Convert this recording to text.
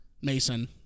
Mason